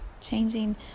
changing